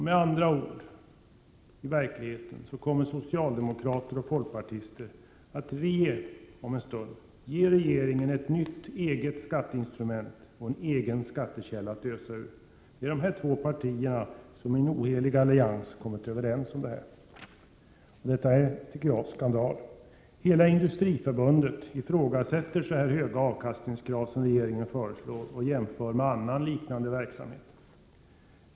Med andra ord kommer socialdemokrater och folkpartister i verkligheten att här om en stund ge regeringen ett nytt eget skatteinstrument och en egen skattekälla att ösa ur. Det har de två partierna i en ohelig allians kommit överens om. Jag tycker att detta är skandal. Industriförbundet ifrågasätter så höga avkastningskrav som de som regeringen föreslår och jämför därvid med annan liknande verksamhet.